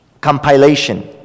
compilation